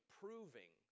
proving